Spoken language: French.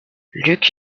luc